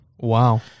Wow